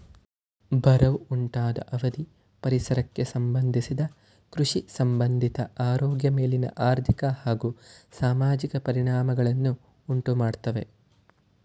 ಬರವು ಉಂಟಾದ ಅವಧಿ ಪರಿಸರಕ್ಕೆ ಸಂಬಂಧಿಸಿದ ಕೃಷಿಸಂಬಂಧಿತ ಆರೋಗ್ಯ ಮೇಲಿನ ಆರ್ಥಿಕ ಹಾಗೂ ಸಾಮಾಜಿಕ ಪರಿಣಾಮಗಳನ್ನು ಉಂಟುಮಾಡ್ತವೆ